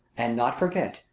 and not forget,